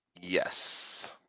Yes